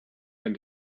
and